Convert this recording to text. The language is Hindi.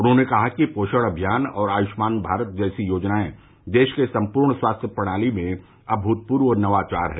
उन्होंने कहा कि पोषण अभियान और आयुष्मान भारत जैसी योजनाएं देश के संपूर्ण स्वास्थ्य प्रणाली में अभूतपूर्व नवाचार हैं